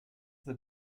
the